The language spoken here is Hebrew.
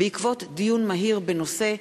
בעקבות דיון מהיר בנושא: